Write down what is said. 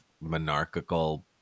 monarchical